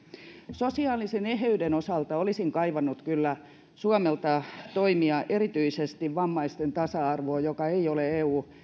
sosiaalisen eheyden osalta olisin kaivannut kyllä suomelta toimia erityisesti vammaisten tasa arvoon joka ei ole eun